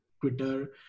Twitter